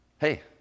hey